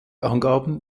angaben